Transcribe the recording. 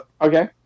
Okay